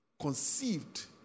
conceived